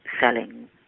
selling